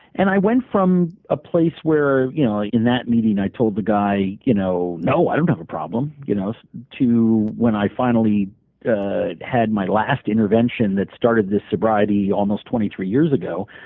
and i went from a place where you know in that meeting, i told the guy, you know no, i don't have a problem, you know so to when i finally had my last intervention that started the sobriety almost twenty three years ago,